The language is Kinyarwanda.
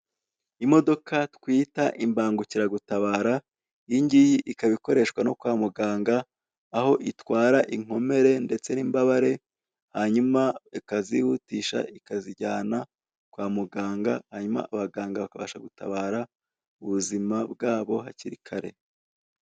Imodoka twita imbangukiragutabara, iyi ngiyi ikaba ikoreshwa no kwa muganga, aho itwara inkomere ndetse n'imbabare, hanyuma ikazihutisha ikazijyana kwa muganga, hanyuma abaganga bakabasha gutabara ubuzima bwabo hakiri kare.